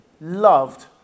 loved